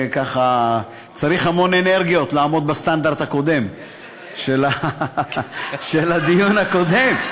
צריך המון אנרגיות כדי לעמוד בסטנדרט של הדיון הקודם.